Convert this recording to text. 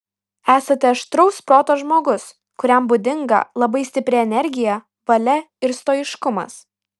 esate aštraus proto žmogus kuriam būdinga labai stipri energija valia ir stoiškumas